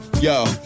yo